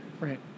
Right